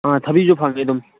ꯑꯪ ꯊꯕꯤꯁꯨ ꯐꯪꯉꯦ ꯑꯗꯨꯝ